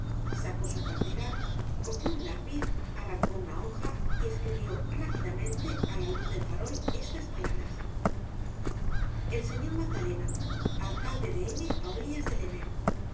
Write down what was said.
sacó su cartera cogió un lápiz arrancó una hoja y escribió rápidamente á la luz del farol estas palabras el señor magdalena alcalde de m á orillas del